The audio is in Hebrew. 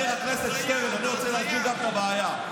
חבר הכנסת שטרן, אני רוצה להסביר את הבעיה.